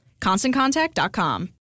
ConstantContact.com